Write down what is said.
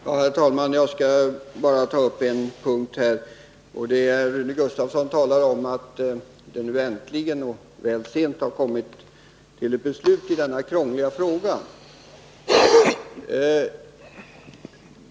Herr talman! Jag skall bara ta upp en enda punkt. Rune Gustavsson talar om att det nu äntligen men väl sent har kommit till ett beslut i denna krångliga fråga.